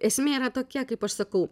esmė yra tokia kaip aš sakau